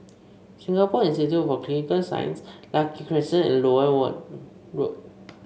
Singapore Institute for Clinical Sciences Lucky Crescent and Loewen Road